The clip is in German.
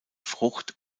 frucht